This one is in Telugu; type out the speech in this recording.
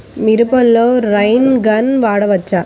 మిరపలో రైన్ గన్ వాడవచ్చా?